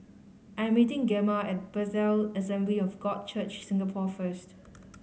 I'm meeting Gemma at Bethel Assembly of God Church Singapore first